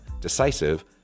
decisive